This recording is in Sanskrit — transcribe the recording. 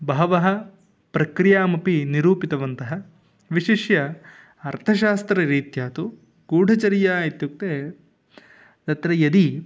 बहवः प्रक्रियामपि निरूपितवन्तः विशिष्य अर्थशास्त्ररीत्या तु गूढचर्या इत्युक्ते तत्र यदि